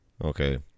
Okay